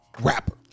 rapper